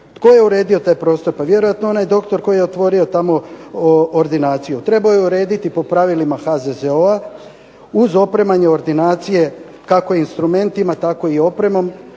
Tko je uredio taj prostor? Pa vjerojatno onaj doktor koji je otvorio tamo ordinaciju. Treba je urediti po pravilima HZZO-a uz opremanje ordinacije kako instrumentima tako i opremom.